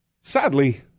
Sadly